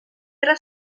era